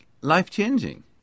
life-changing